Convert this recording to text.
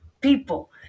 people